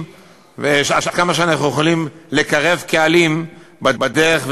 עד כמה אנחנו יכולים לקרב קהלים בדרך,